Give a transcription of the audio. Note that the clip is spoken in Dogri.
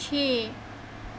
छे